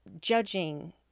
judging